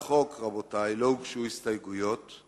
רבותי, להצעת החוק לא הוגשו הסתייגויות.